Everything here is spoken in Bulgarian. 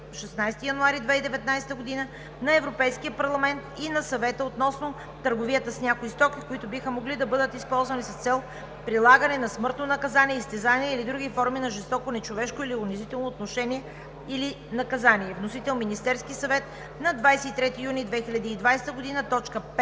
16 януари 2019 г. на Европейския парламент и на Съвета относно търговията с някои стоки, които биха могли да бъдат използвани с цел прилагане на смъртно наказание, изтезания или други форми на жестоко, нечовешко или унизително отношение или наказание. Вносител е Министерският съвет, 23 юни 2020 г. –